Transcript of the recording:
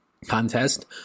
contest